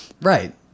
Right